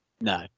No